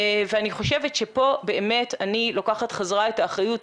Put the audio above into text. אני חושבת שפה אני באמת לוקחת בחזרה את האחריות,